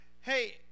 Hey